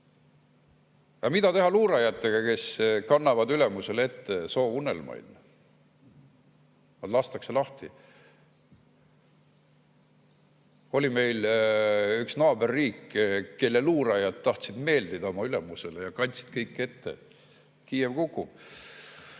Aga mida teha luurajatega, kes kannavad ülemusele ette soovunelmaid? Nad lastakse lahti. Oli meil üks naaberriik, kelle luurajad tahtsid meeldida oma ülemusele ja kandsid kõik ette, et Kiiev kukub